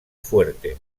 fuerte